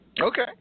Okay